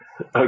Okay